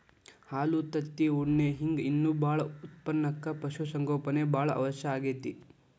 ಹಾಲು ತತ್ತಿ ಉಣ್ಣಿ ಹಿಂಗ್ ಇನ್ನೂ ಬಾಳ ಉತ್ಪನಕ್ಕ ಪಶು ಸಂಗೋಪನೆ ಬಾಳ ಅವಶ್ಯ ಆಗೇತಿ